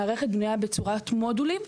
המערכת בנויה בצורה של מודולים.